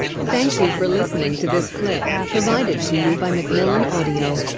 thank you for listening to this clip provided to you by macmillan audio.